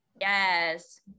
Yes